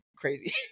crazy